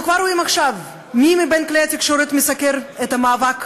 אנחנו כבר רואים עכשיו מי מבין כלי התקשורת מסקר את המאבק